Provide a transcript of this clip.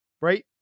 right